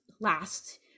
last